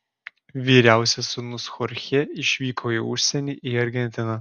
vyriausias sūnus chorchė išvyko į užsienį į argentiną